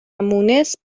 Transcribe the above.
مونس